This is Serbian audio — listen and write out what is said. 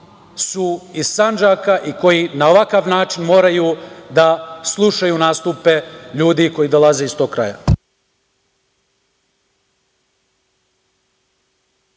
su iz Sandžaka i koji na ovakav način moraju da slušaju nastupe ljudi koji dolaze iz tog kraja.